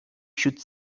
should